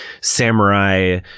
samurai